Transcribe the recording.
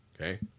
Okay